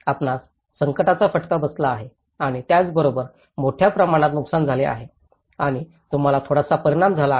आपणास संकटाचा फटका बसला आहे आणि त्याचबरोबर मोठ्या प्रमाणात नुकसान झाले आहे आणि तुम्हाला थोडासा परिणाम झाला आहे